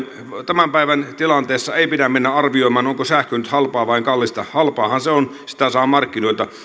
tämän päivän tilanteessa ei pidä mennä arvioimaan onko sähkö nyt halpaa vai kallista halpaahan se on sitä saa markkinoilta